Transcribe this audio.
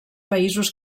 països